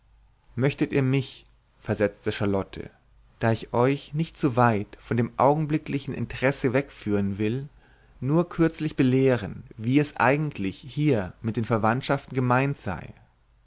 möchtet ihr mich versetzte charlotte da ich euch nicht zu weit von dem augenblicklichen interesse wegführen will nur kürzlich belehren wie es eigentlich hier mit den verwandtschaften gemeint sei